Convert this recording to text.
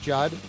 Judd